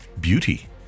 beauty